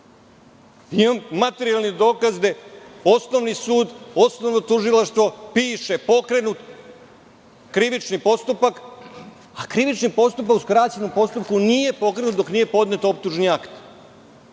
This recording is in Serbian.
materijalne dokaze, osnovni sud, osnovno tužilaštvo piše – pokrenut krivični postupak, a krivični postupak u skraćenom postupku nije pokrenut dok nije podnet optužni akt.